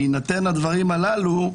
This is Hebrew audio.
בהינתן הדברים הללו,